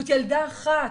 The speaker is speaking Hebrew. זאת ילדה אחת.